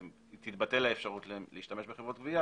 תתבטל האפשרות להשתמש בחברות גבייה.